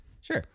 Sure